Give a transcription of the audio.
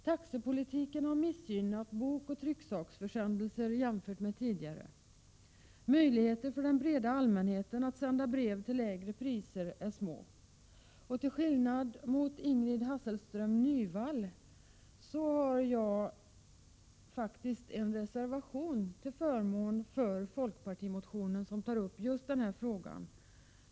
Taxepolitiken har missgynnat bokoch trycksaksförsändelser jämfört med tidigare. Möjligheter för den breda allmänheten att sända brev till lägre priser är små. Till skillnad från Ingrid Hasselström Nyvall har jag en reservation till förmån för den folkpartimotion som tar upp just denna fråga.